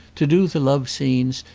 to do the love scenes,